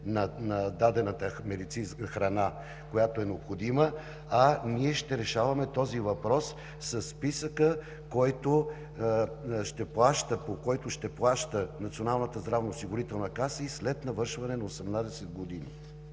медицинска храна, която е необходима, а ние ще решаваме този въпрос със Списъка, по който ще плаща Националната здравноосигурителна каса и след навършване на 18 години.